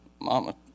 Mama